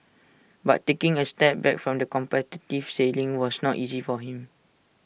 but taking A step back from the competitive sailing was not easy for him